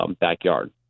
backyard